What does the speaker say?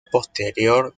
posterior